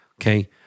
Okay